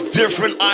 different